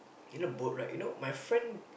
in a boat right you know my friend